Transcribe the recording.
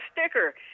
sticker